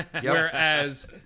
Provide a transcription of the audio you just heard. whereas